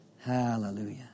Hallelujah